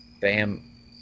Bam